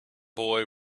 boy